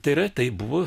tai yra tai buvo